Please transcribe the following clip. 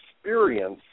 experience